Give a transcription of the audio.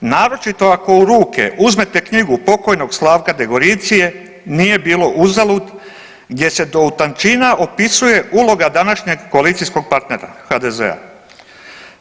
Naročito ako u ruke uzmete knjigu pokojnog Slavka Degoricije, „Nije bilo uzalud“ gdje se do utančina opisuje uloga današnjeg koalicijskog partnera HDZ-a.